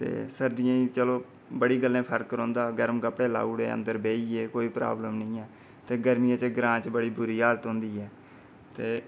ते सर्दियें च चलो बड़ी गल्लें गी फर्क रौंह्दा गर्म कपड़े लाई ओड़े अंदर बेही गे कोई प्रॉब्लम निं ऐ ते गर्मियें च ग्रांऽ बड़ी बुरी हालत होंदी ऐ ते